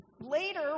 Later